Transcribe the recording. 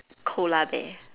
koala bear